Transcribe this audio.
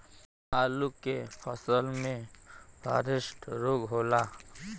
आलू के फसल मे फारेस्ट रोग होला?